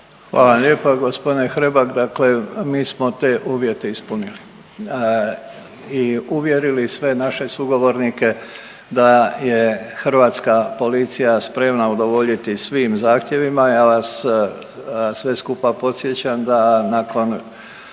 Hvala vam lijepa gospodine Hrebak, dakle mi smo te uvjete ispunili i uvjerili sve naše sugovornike da je Hrvatska policija spremna udovoljiti svim zahtjevima, ja vas sve skupa podsjećam da nakon